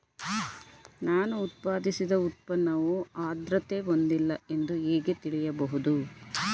ನಾನು ಉತ್ಪಾದಿಸಿದ ಉತ್ಪನ್ನವು ಆದ್ರತೆ ಹೊಂದಿಲ್ಲ ಎಂದು ಹೇಗೆ ತಿಳಿಯಬಹುದು?